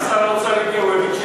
סגן שר האוצר הגיע, הוא הביא צ'ק.